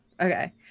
okay